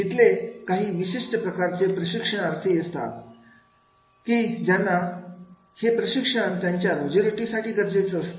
तिथले काही विशिष्ट प्रकारचे प्रशिक्षणार्थी असतात की ज्यांना हे प्रशिक्षण त्यांच्या रोजीरोटीसाठी गरजेचं असतं